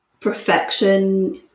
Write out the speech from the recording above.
perfection